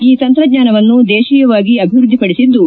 ಈ ತಂತ್ರಜ್ಞಾನವನ್ನು ದೇಶೀಯವಾಗಿ ಅಭಿವೃದ್ಧಿಪಡಿಸಿದ್ದು